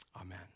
Amen